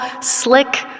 slick